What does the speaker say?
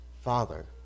Father